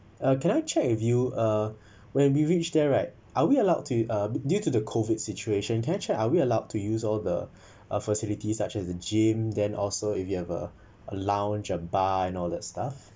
uh can I check with you uh when we reached there right are we allowed to uh due to the COVID situation can I check are we allowed to use all the uh facilities such as the gym then also if you have a a lounge a bar and all that stuff